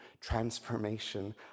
transformation